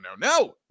no